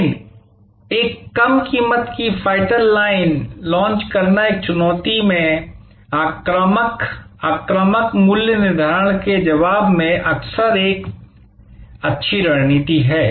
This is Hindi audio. लेकिन एक कम कीमत की फाइटर लाइन लॉन्च करना एक चुनौती से आक्रामक आक्रामक मूल्य निर्धारण के जवाब में अक्सर एक अच्छी रणनीति है